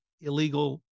illegal